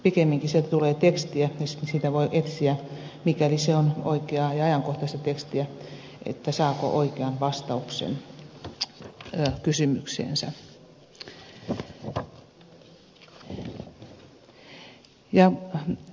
pikemminkin sieltä tulee tekstiä ja sitten sieltä voi etsiä mikäli se on oikeaa ja ajankohtaista tekstiä saako oikean vastauksen kysymykseensä